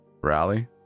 Rally